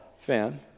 fan